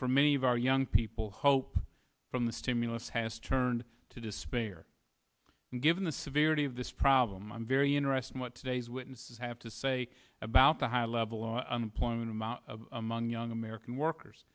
for many of our young people hope from the stimulus has turned to despair and given the severity of this problem i'm very interested in what today's witnesses have to say about the high level of unemployment among young american workers